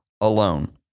alone